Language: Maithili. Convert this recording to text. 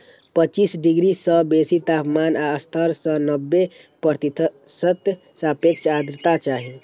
पच्चीस डिग्री सं बेसी तापमान आ सत्तर सं नब्बे प्रतिशत सापेक्ष आर्द्रता चाही